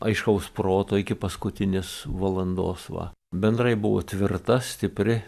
aiškaus proto iki paskutinės valandos va bendrai buvo tvirta stipri